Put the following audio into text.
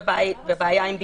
והבית, בעיה של בידוד.